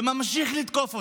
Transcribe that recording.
וממשיך לתקוף אותם,